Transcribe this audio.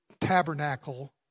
tabernacle